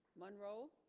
monroe